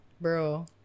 bro